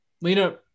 Lena